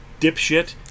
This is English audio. dipshit